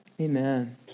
Amen